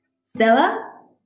Stella